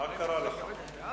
מה קרה לך?